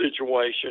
situation